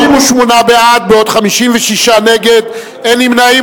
38 בעד, 56 נגד, אין נמנעים.